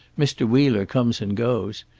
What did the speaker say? mr. wheeler comes and goes.